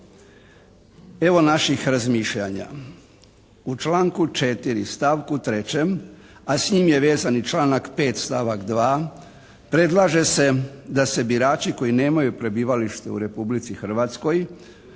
Evo naših razmišljanja. U članku 4. stavku 3. a s njim je vezan i članak 5. stavak 2. predlaže se da se birači koji nemaju prebivalište u Republici Hrvatskoj